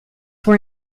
were